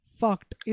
fucked